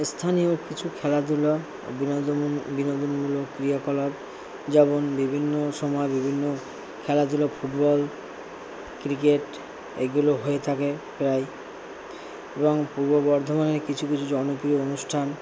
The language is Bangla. স্থানীয় কিছু খেলাধুলা বিনোদন বিনোদনমূলক ক্রিয়াকলাপ যেমন বিভিন্ন সময় বিভিন্ন খেলাধুলা ফুটবল ক্রিকেট এগুলো হয়ে থাকে প্রায় এবং পূর্ব বর্ধমানের কিছু কিছু জনপ্রিয় অনুষ্ঠান